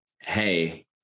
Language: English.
Hey